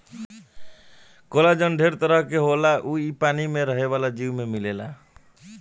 collagen ढेर तरह के होला अउर इ पानी में रहे वाला जीव में मिलेला